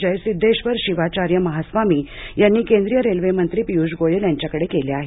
जयसिद्धेश्वर शिवाचार्य महास्वामी यांनी केंद्रीय रेल्वेमंत्री पियूष गोयल यांच्याकडे केल्या आहेत